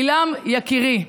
עילם יקירי,